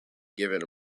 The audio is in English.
given